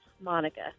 Monica